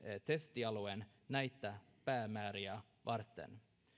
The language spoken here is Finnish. testialueen näitä päämääriä varten